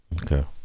Okay